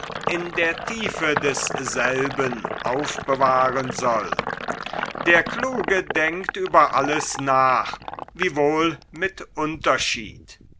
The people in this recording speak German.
in der tiefe desselben aufbewahren soll der kluge denkt über alles nach wiewohl mit unterschied